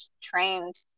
trained